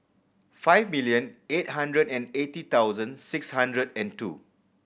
five million eight hundred and eighty thousand six hundred and two